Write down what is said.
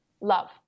love